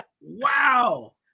Wow